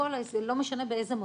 לא משנה באיזה מוסד,